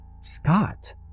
Scott